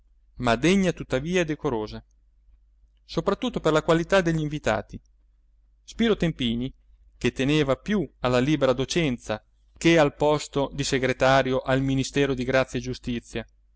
ma degna tuttavia e decorosa soprattutto per la qualità degli invitati spiro tempini che teneva più alla libera docenza che al posto di segretario al ministero di grazia e giustizia